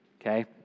okay